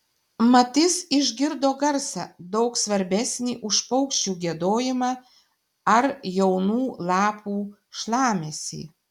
mat jis išgirdo garsą daug svarbesnį už paukščių giedojimą ar jaunų lapų šlamesį